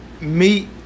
meet